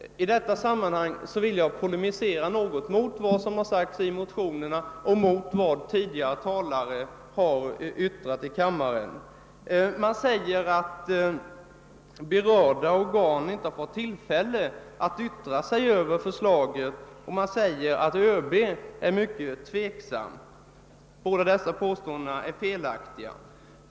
I detta sammanhang vill jag polemisera något mot motionärerna och de tidigare talarnas yttranden. Man säger att berörda organ inte har haft tillfälle att yttra sig över förslaget och framhåller att ÖB är mycket tveksam, men båda dessa påståenden är felaktiga.